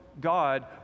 God